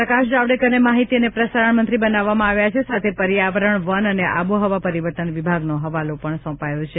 પ્રકાશ જાવડેકરને માહિતી અને પ્રસારણ મંત્રી બનાવવામાં આવ્યા છે સાથે પર્યાવરણ વન અને આબોહવા પરિવર્તન વિભાગનો પણ હવાલો સોંપાયો છે